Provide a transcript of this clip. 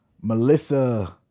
Melissa